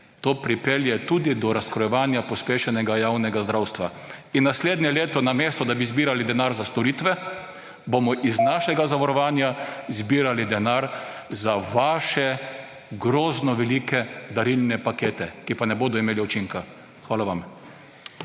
to pripelje tudi do razkrojevanja pospešenega javnega zdravstva. Naslednje leto namesto, da bi zbirali denar za storitve bomo iz našega zavarovanja zbirali denar za vaše grozno velike darilne pakete, ki pa ne bodo imeli učinka. Hvala vam.